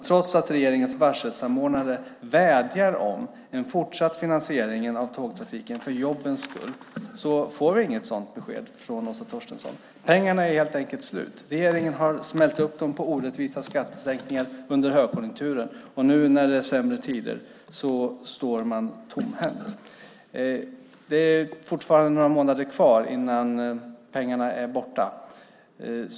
Trots att regeringens varselsamordnare vädjar om en fortsatt finansiering av tågtrafiken för jobbens skull får vi inget sådant besked från Åsa Torstensson. Pengarna är helt enkelt slut. Regeringen har smällt i väg dem på orättvisa skattesänkningar under högkonjunkturen. Nu när det är sämre tider står man tomhänt. Det är fortfarande några månader kvar innan pengarna är borta.